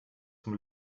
zum